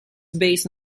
based